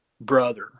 brother